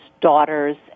daughters